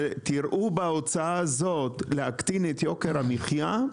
לראות בהוצאה הזאת דבר שמקטין את יוקר המחייה,